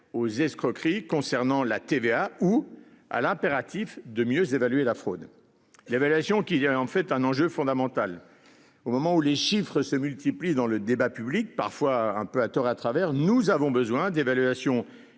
aux escroqueries concernant la TVA ou à l'impératif de mieux évaluer la fraude. Il y avait l'avion qui en fait un enjeu fondamental. Au moment où les chiffres se multiplient dans le débat public, parfois un peu à tort et à travers. Nous avons besoin d'évaluation